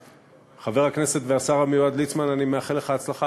חבר הכנסת והשר המיועד ליצמן, אני מאחל לך הצלחה.